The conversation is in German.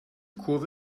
kurve